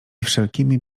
wszelkimi